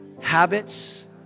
habits